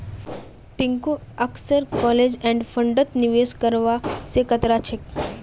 टिंकू अक्सर close end फंडत निवेश करवा स कतरा छेक